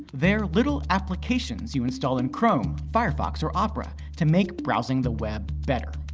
they're little applications you install in chrome, firefox, or opera to make browsing the web better.